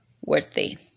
worthy